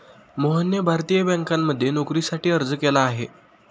मोहनने भारतीय बँकांमध्ये नोकरीसाठी अर्ज केला आहे